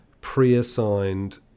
pre-assigned